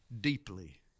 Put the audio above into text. deeply